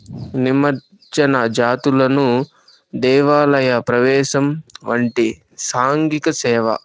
నిమజ్జన జాతులను దేవాలయ ప్రవేశం వంటి సాంఘిక సేవ